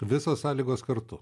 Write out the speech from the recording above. visos sąlygos kartu